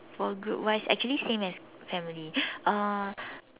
for group wise actually same as family uh